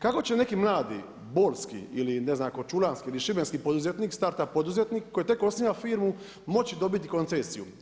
Kako će neki mladi bolski ili ne znam korčulanski ili šibenski poduzetnik start up poduzetnik koji tek osniva firmu moći dobiti koncesiju?